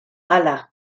hala